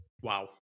wow